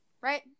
right